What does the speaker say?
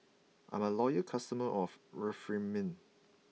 I'm a loyal customer of Remifemin